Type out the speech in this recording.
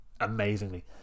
amazingly